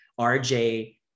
RJ